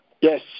Yes